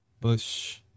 Bush